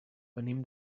venim